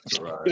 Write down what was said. Right